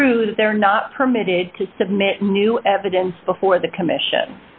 true that they're not permitted to submit new evidence before the commission